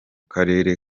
karere